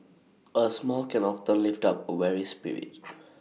A smile can often lift up A weary spirit